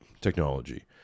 technology